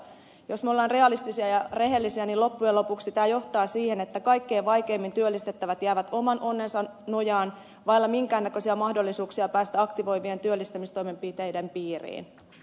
jos ollaan realistisia ja rehellisiä niin loppujen lopuksi tämä johtaa siihen että kaikkein vaikeimmin työllistettävät jäävät oman onnensa nojaan vailla minkään näköisiä mahdollisuuksia päästä aktivoivien työllistämistoimenpiteiden piiriin